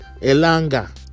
Elanga